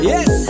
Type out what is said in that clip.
Yes